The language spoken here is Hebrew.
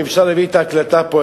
אם אפשר להביא את ההקלטה לפה,